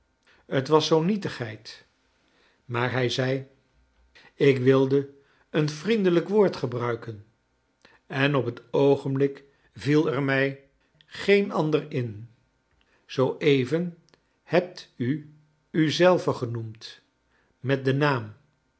t was zoo'n nietigheid maar hij zei ik wilde een vriendelijk woord gebruiken en op het oogenblik viel er mij geen ander in zoo even hebt u u zelve genoemd met den naam